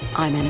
i'm